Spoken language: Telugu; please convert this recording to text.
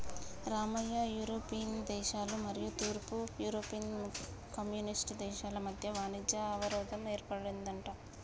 రామయ్య యూరోపియన్ దేశాల మరియు తూర్పు యూరోపియన్ కమ్యూనిస్ట్ దేశాల మధ్య వాణిజ్య అవరోధం ఏర్పడిందంట